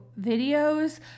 videos